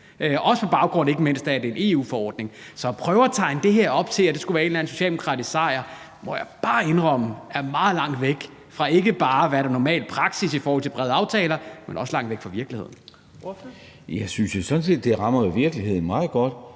også på baggrund af at det er en EU-forordning. Så at prøve at tegne det her op til, at det skulle være en eller anden socialdemokratisk sejr, må jeg bare indrømme er meget langt væk, ikke bare fra, hvad der er normal praksis i forhold til brede aftaler, men også langt væk fra virkeligheden. Kl. 00:42 Fjerde næstformand (Trine Torp):